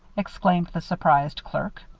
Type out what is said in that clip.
exclaimed the surprised clerk.